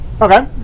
Okay